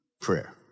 prayer